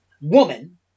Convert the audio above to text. woman